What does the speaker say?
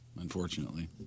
unfortunately